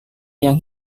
yang